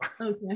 Okay